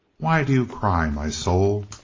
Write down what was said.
why do you cry, my soul?